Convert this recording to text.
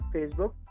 Facebook